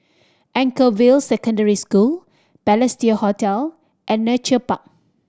Anchorvale Secondary School Balestier Hotel and Nature Park